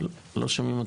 כי היא הכי